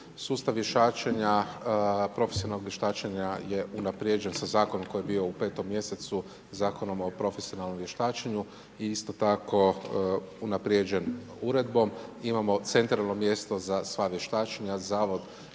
Sustav vještačenja, profesionalnog vještačenja je unaprijeđen sa zakonom koji je bio u 5. mjesecu Zakonom o profesionalnom vještačenju i isto tako unaprijeđen uredbom. Imamo centralno mjesto za sva vještačenja. Zavod